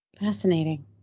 Fascinating